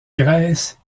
grèce